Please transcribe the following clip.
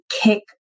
kick